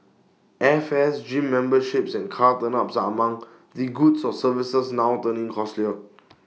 airfares gym memberships and car tuneups are among the goods or services now turning costlier